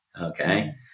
Okay